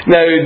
Now